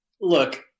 Look